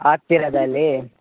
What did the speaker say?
ಹತ್ತಿರದಲ್ಲಿ